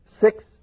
Six